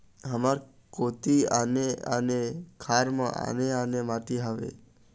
हमर कोती आने आने खार म आने आने माटी हावे?